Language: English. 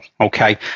Okay